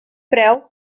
preu